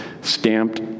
stamped